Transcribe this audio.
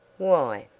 why?